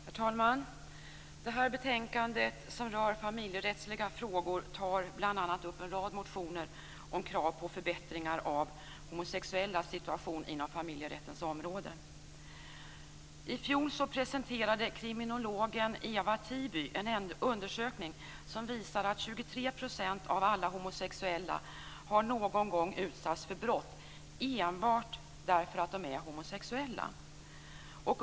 Herr talman! Det här betänkandet, som rör familjerättsliga frågor, tar bl.a. upp en rad motioner om krav på förbättringar av homosexuellas situation inom familjerättens område. I fjol presenterade kriminologen Eva Tiby en undersökning som visar att 23 % av alla homosexuella någon gång har utsatts för brott enbart därför att de är homosexuella.